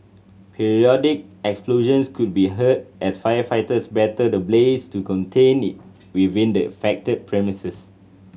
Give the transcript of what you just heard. periodic explosions could be heard as firefighters battle the blaze to contain it within the affected premises